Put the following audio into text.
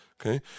Okay